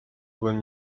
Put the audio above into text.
byłem